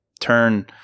turn